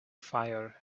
fire